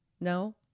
No